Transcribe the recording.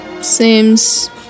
seems